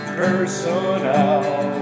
personal